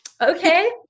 Okay